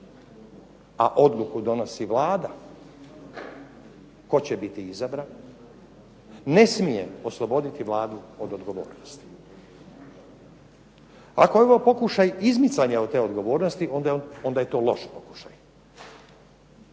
a odluku donosi Vlada tko će biti izabran ne smije osloboditi Vladu od odgovornosti. Ako je ovo pokušaj izmicanja od te odgovornosti, onda je to loš pokušaj.